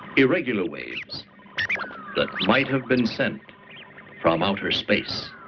irregular waves that might have been sent from outer space.